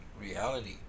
reality